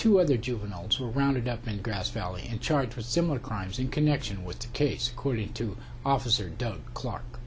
to other juveniles who were rounded up and grass valley and charged for similar crimes in connection with the case according to officer doug clark